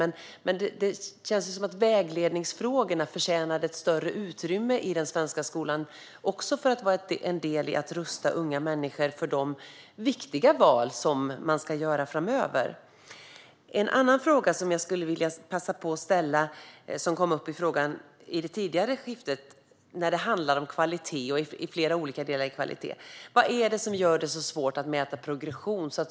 Men det känns som att vägledningsfrågorna förtjänar ett större utrymme i den svenska skolan. Det är en del i att rusta unga människor för de viktiga val som de ska göra framöver. En annan fråga som jag skulle vilja passa på att ställa gäller något som kom upp i ett tidigare replikskifte. Det handlar om kvalitet och om flera olika delar i fråga om kvalitet. Vad är det som gör det så svårt att mäta progression?